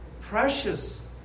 precious